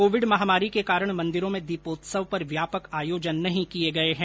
Covid महामारी के कारण मन्दिरों में दीपोत्सव पर व्यापक आयोजन नहीं किये गये हैं